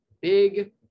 big